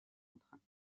contraint